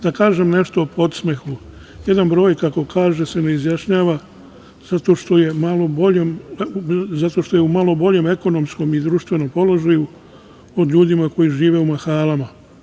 Da kažem nešto o podsmehu, jedan broj, kako kaže, se ne izjašnjava zato što je u malo boljem ekonomskom i društvenom položaju od ljudi koji žive u mahalama.